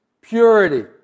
purity